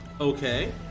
okay